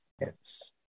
Yes